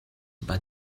but